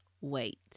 wait